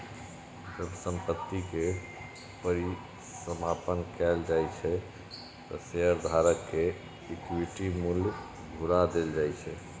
जब संपत्ति के परिसमापन कैल जाइ छै, ते शेयरधारक कें इक्विटी मूल्य घुरा देल जाइ छै